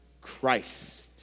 Christ